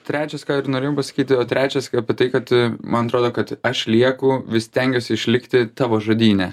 trečias ką ir norėjau pasakyti o trečias apie tai kad man atrodo kad aš lieku vis stengiuosi išlikti tavo žodyne